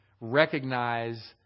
recognize